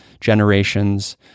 generations